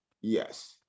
Yes